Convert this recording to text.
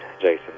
Jason